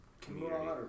community